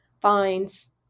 fines